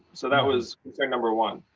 so that was concern number one.